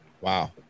Wow